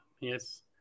Yes